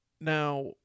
Now